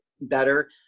better